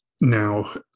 Now